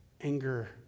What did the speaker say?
anger